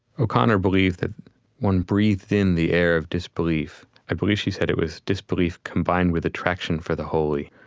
o'connor believed that one breathed in the air of disbelief. i believe she said it was disbelief combined with attraction for the holy.